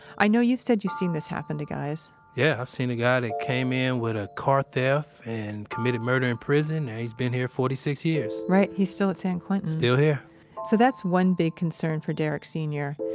i know you said you've seen this happen to guys yeah. i've seen a guy that came in with a car theft and committed murder in prison. now he's been here forty six years right. he's still at san quentin still here so that's one big concern for derrick sr.